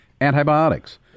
antibiotics